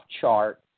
chart